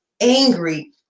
angry